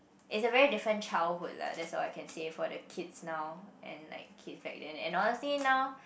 it's a very different childhood la that's all I can say for the kids now and like kids back then and honestly now